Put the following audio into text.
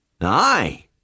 Aye